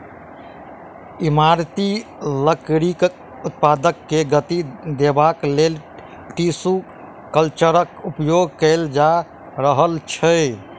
इमारती लकड़ीक उत्पादन के गति देबाक लेल टिसू कल्चरक उपयोग कएल जा रहल छै